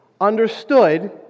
understood